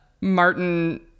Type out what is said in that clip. Martin